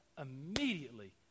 Immediately